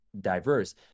diverse